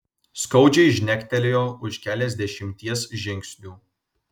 skaudžiai žnektelėjo už keliasdešimties žingsnių